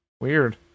Weird